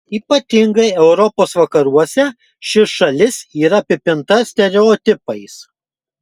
ypatingai europos vakaruose ši šalis yra apipinta stereotipais